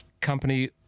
company